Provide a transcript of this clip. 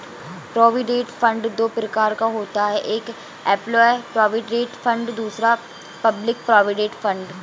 provident fund दो प्रकार का होता है एक एंप्लॉय प्रोविडेंट फंड दूसरा पब्लिक प्रोविडेंट फंड